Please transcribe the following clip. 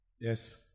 Yes